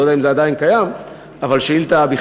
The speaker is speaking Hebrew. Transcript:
ואני לא יודע אם זה עדיין קיים: שאילתה בכתב,